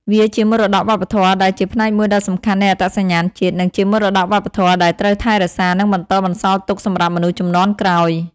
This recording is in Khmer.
វាជាមរតកវប្បធម៌ដែលជាផ្នែកមួយដ៏សំខាន់នៃអត្តសញ្ញាណជាតិ និងជាមរតកវប្បធម៌ដែលត្រូវថែរក្សា និងបន្តបន្សល់ទុកសម្រាប់មនុស្សជំនាន់ក្រោយ។